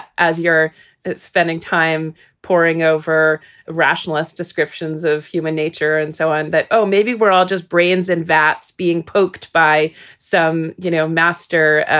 as your spending time poring over rationalist descriptions of human nature and so on, that, oh, maybe we're all just brains. and that's being poked by some, you know, master,